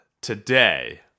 today